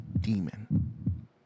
Demon